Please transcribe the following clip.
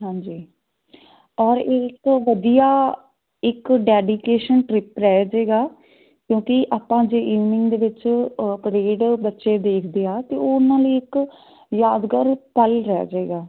ਹਾਂਜੀ ਔਰ ਇਹ ਇਸ ਤੋਂ ਵਧੀਆ ਇੱਕ ਡੈਡੀਕੇਸ਼ਨ ਟ੍ਰਿਪ ਰਹਿ ਜਾਏਗਾ ਕਿਉਂਕਿ ਆਪਾਂ ਜੇ ਈਵਨਿੰਗ ਦੇ ਵਿੱਚ ਪਰੇਡ ਬੱਚੇ ਦੇਖਦੇ ਆ ਅਤੇ ਉਹ ਉਹਨਾਂ ਲਈ ਇੱਕ ਯਾਦਗਾਰ ਪਲ ਰਹਿ ਜਾਏਗਾ